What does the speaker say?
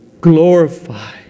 Glorify